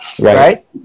right